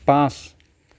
পাঁচ